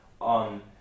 on